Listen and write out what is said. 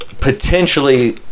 Potentially